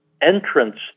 entrance